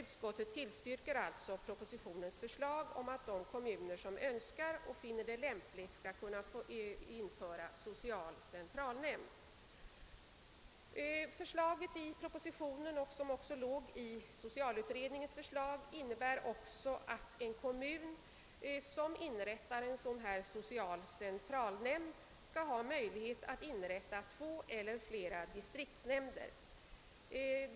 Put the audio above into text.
Utskottet tillstyrker alltså propositionens förslag att de kommuner som så önskar och finner det lämpligt skall kunna införa social centralnämnd. Socialutredningens och propositionens förslag innebär också att en kommun som inrättar en social centralnämnd skall ha möjlighet att inrätta två eller flera sociala distriktsnämnder.